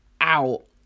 out